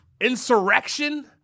insurrection